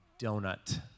donut